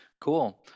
cool